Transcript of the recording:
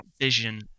vision